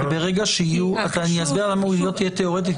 אני אסביר למה היא לא תהיה תיאורטית,